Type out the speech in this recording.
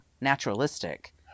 naturalistic